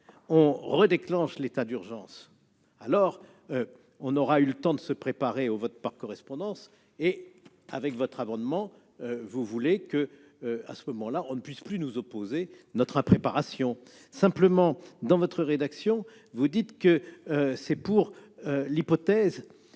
on redéclenche l'état d'urgence, alors on aura eu le temps de se préparer au vote par correspondance et, au travers de votre amendement, vous voulez que l'on ne puisse plus nous opposer notre impréparation. Simplement, vous indiquez, dans la rédaction du dispositif, que c'est pour l'hypothèse